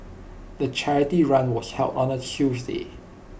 the charity run was held on A Tuesday